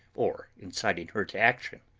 or inciting her to action.